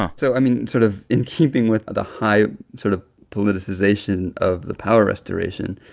um so i mean sort of in keeping with the high sort of politicization of the power restoration,